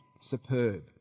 superb